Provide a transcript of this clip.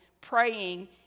praying